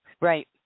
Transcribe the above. Right